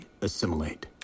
assimilate